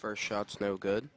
first shots no good